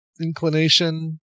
inclination